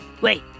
Wait